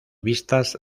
vistas